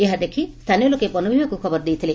ଏହା ଦେଖ୍ ସ୍ଥାନୀୟ ଲୋକେ ବନବିଭାଗକୁ ଖବର ଦେଇଥିଲେ